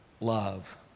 love